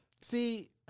See